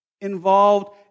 involved